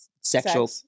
sexual